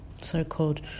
so-called